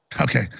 okay